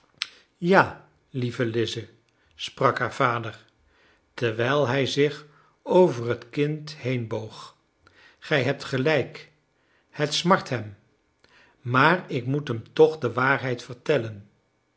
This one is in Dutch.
ja lieve lize sprak haar vader terwijl hij zich over het kind heen boog gij hebt gelijk het smart hem maar ik moet hem toch de waarheid vertellen